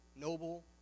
noble